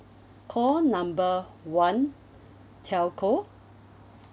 call number one telco